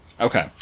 Okay